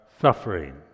suffering